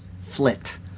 flit